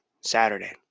Saturday